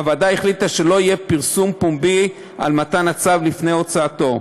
הוועדה החליטה שלא יהיה פרסום פומבי על מתן הצו לפני הוצאתו,